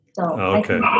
Okay